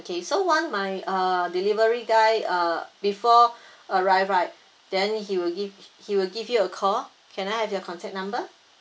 okay so one my uh delivery guy uh before arrive right then he will give he will give you a call can I have your contact number